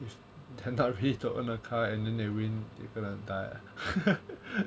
it